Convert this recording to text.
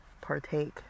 partake